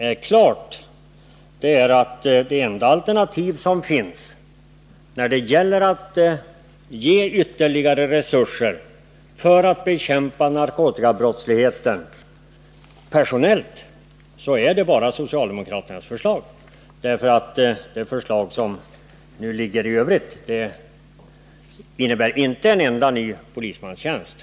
Men klart är att det enda alternativ som finns för att anslå ytterligare personella resurser för att bekämpa narkotikabrottsligheten är socialdemokraternas förslag. I övrigt innebär de förslag som nu föreligger inte en enda ny polismanstjänst.